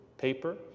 paper